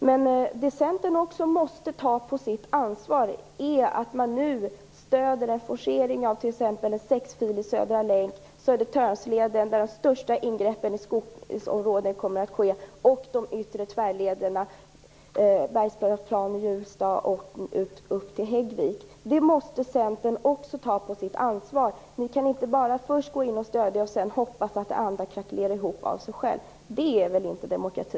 Men det Centern måste ta på sitt ansvar är att man nu stöder en forcering av en sexfilig Södra länken, Södertörnsleden med ett mycket stort ingrepp i skogsområdet och de yttre tvärlederna från Bergslagsplan, över Hjulsta upp till Häggvik. Det måste Centern ta på sitt ansvar. Ni kan inte bara gå in och stödja förslaget och sedan hoppas att det andra krackelerar av sig självt. Det är väl inte demokrati!